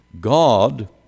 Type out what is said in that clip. God